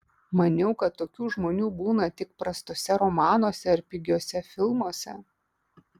maniau kad tokių žmonių būna tik prastuose romanuose ar pigiuose filmuose